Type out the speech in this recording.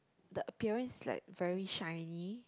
the appearance is like very shiny